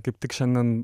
kaip tik šiandien